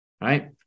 right